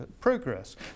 progress